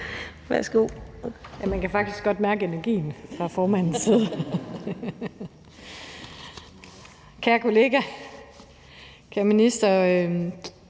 (S): Man kan faktisk godt mærke energien fra formandens side. Kære kollegaer, kære minister,